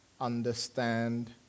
understand